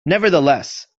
nevertheless